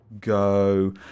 go